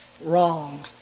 wrong